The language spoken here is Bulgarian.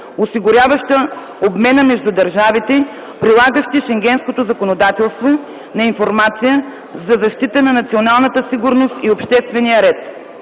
осигуряваща обмена между държавите, прилагащи Шенгенското законодателство, на информация за защита на националната сигурност и обществения ред.